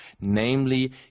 namely